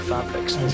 Fabrics